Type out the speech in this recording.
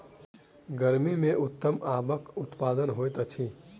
गर्मी मे उत्तम आमक उत्पादन होइत अछि